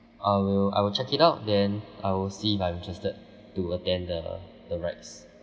I will I will check it out then I will see if I'm interested to attend the the rests